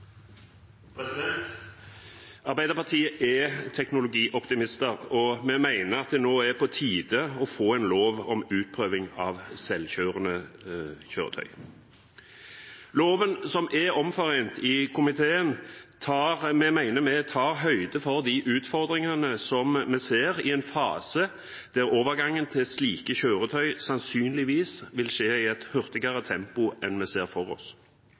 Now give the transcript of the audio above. regulering. Arbeiderpartiet er teknologioptimister, og vi mener at det nå er på tide å få en lov om utprøving av selvkjørende kjøretøy. Loven, som er omforent i komiteen, mener vi tar høyde for de utfordringene vi ser i en fase der overgangen til slike kjøretøy sannsynligvis vil skje i et hurtigere tempo enn vi ser for oss.